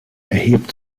erhebt